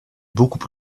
beaucoup